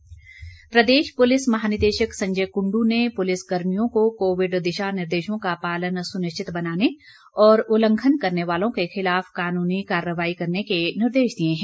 निर्देश प्रदेश पुलिस महानिदेशक संजय कुंडू ने पुलिस कर्मियों को कोविड दिशा निर्देशों का पालन सुनिश्चित बनाने और उल्लंघन करने वालों के खिलाफ कानूनी कार्रवाई करने के निर्देश दिए हैं